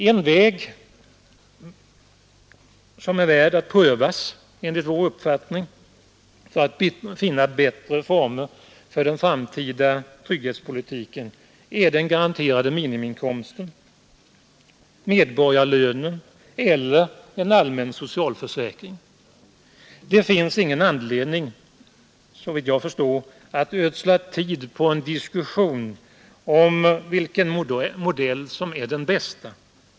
En väg som enligt vår uppfattning är värd att prövas för att finna bättre former för den framtida trygghetspolitiken är den garanterade minimiinkomsten, medborgarlönen eller en allmän socialförsäkring. Det finns såvitt jag förstår ingen anledning att ödsla tid på en diskussion om vilken modell som den bästa.